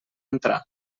entrar